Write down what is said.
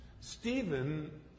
Stephen